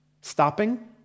stopping